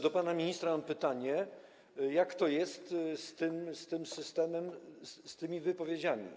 Do pana ministra mam pytanie: Jak to jest z tym systemem, z tymi wypowiedziami?